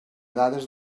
dades